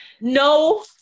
no